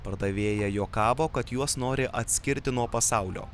pardavėja juokavo kad juos nori atskirti nuo pasaulio